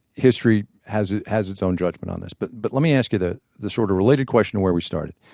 history has has its own judgment on this. but but let me ask you the the sort-of-related question and where we started.